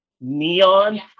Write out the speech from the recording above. neon